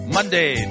Monday